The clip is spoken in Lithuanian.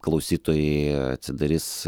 klausytojai atsidarys